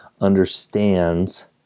understands